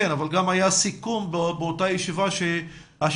אבל גם היה סיכום באותה ישיבה שהשירותים